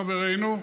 חברנו.